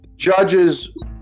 Judges